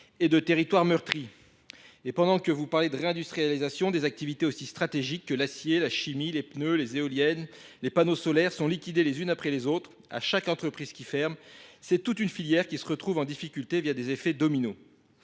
et de territoires meurtris. Et pendant que vous parlez de réindustrialisation des activités aussi stratégiques que l'acier, la chimie, les pneus, les éoliennes, les panneaux solaires sont liquidés les unes après les autres, à chaque entreprise qui ferme, c'est toute une filière qui se retrouve en difficulté via des effets dominos.